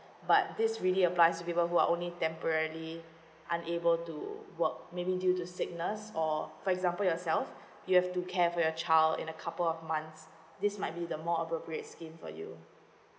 but this really applies to people who are only temporary unable to work maybe due to sickness or for example yourself you have to care for your child in a couple of months this might be the more appropriate scheme for you